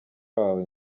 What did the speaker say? wawe